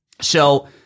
So-